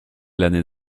l’année